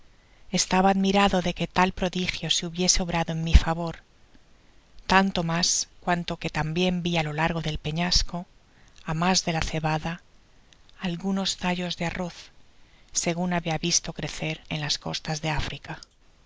estaba admirado de que tal prodigio se hubiese obrado en mi favor tanto mas cuanto que tambien vi á lo largo del peñasco á mas de la cebada algunos tallos de arroz segun habia visto crecer en las costas de africa